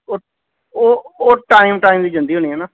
ਓ ਉਹ ਉਹ time time ਦੀ ਜਾਂਦੀ ਹੋਣੀ ਆ ਨਾ